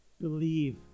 believe